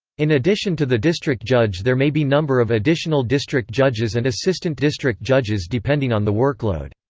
in addition to the district judge there may be number of additional district judges and assistant district judges depending on the workload.